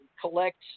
collect